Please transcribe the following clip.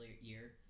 year